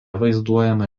vaizduojama